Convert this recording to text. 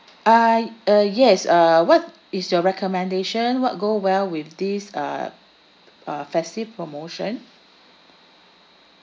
uh uh yes uh what is your recommendation what go well with this uh uh festive promotion